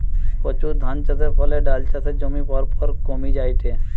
প্রচুর ধানচাষের ফলে ডাল চাষের জমি পরপর কমি জায়ঠে